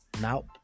now